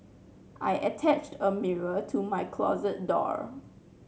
I attached a mirror to my closet door